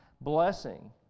blessing